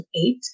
eight